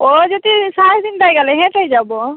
ও যদি সাড়ে তিনটায় গেলে হেঁটেই যাবো